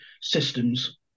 systems